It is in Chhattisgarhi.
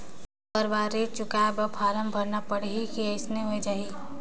हर बार ऋण चुकाय बर फारम भरना पड़ही की अइसने हो जहीं?